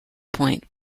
point